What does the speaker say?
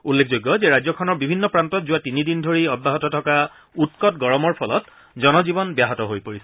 উল্লেখযোগ্য যে ৰাজ্যখনৰ বিভিন্ন প্ৰান্তত যোৱা তিনিদিন ধৰি অব্যাহত থকা উৎকট গৰমৰ ফলত জনজীৱন ব্যাহত হৈ পৰিছে